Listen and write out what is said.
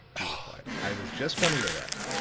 he replied. i was just coming to that.